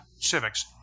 civics